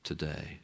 Today